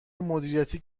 مدیریتی